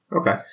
Okay